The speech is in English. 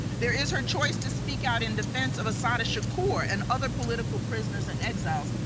there is her choice to speak out in defense of asada shakur and other political prisoners and exiles.